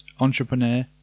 entrepreneur